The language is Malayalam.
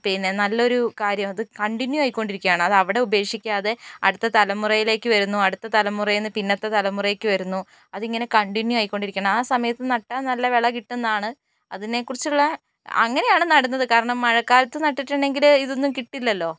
പിന്നെ നല്ലൊരു കാര്യമത് കണ്ടിന്യു ആയിക്കൊണ്ടിരിക്കുകയാണ് അത് അവിടെ ഉപേക്ഷിക്കാതെ അടുത്ത തലമുറയിലേയ്ക്ക് വരുന്നു അടുത്ത തലമുറയിൽ നിന്നു പിന്നത്തെ തലമുറയിലേയ്ക്ക് വരുന്നു അതിങ്ങനെ കണ്ടിന്യു ആയിക്കൊണ്ടിരിക്കുന്നു ആ സമയത്ത് നട്ടാൽ നല്ല വിള കിട്ടും എന്ന് ആണ് അതിനെക്കുറിച്ചുള്ള അങ്ങനെയാണ് നടുന്നത് കാരണം മഴക്കാലത്ത് നട്ടിട്ടുണ്ടെങ്കിൽ ഇതൊന്നും കിട്ടില്ലലോ